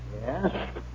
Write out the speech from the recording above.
Yes